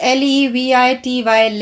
levity